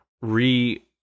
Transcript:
re